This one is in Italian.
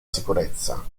sicurezza